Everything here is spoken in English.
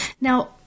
Now